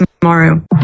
tomorrow